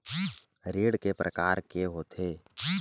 ऋण के प्रकार के होथे?